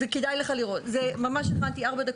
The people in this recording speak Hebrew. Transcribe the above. כדאי לך לראות, זה